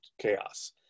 chaos